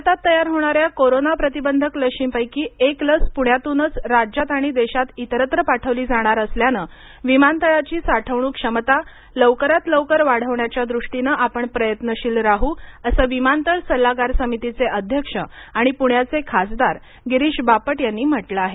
भारतात तयार होणाऱ्या कोरोना प्रतिबंधक लशींपैकी एक लस पूण्यातूनच राज्यात आणि देशात इतरत्र पाठवली जाणार असल्यानं विमानतळाची साठवणूक क्षमता लवकरात लवकर वाढवण्याच्या द्रष्टीनं आपण प्रयत्नशील राह असं विमानतळ सल्लागार समितीचे अध्यक्ष आणि पूण्याचे खासदार गिरीश बापट यांनी म्हटलं आहे